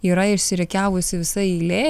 yra išsirikiavusi visa eilė